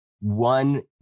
one